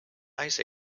ice